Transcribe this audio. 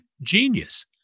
genius